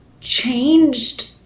changed